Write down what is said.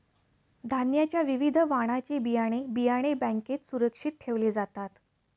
धान्याच्या विविध वाणाची बियाणे, बियाणे बँकेत सुरक्षित ठेवले जातात